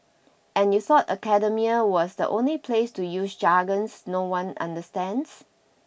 and you thought academia was the only place to use jargons no one understands